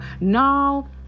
no